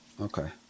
okay